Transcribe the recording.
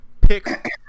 pick